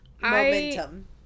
momentum